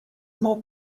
more